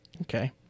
Okay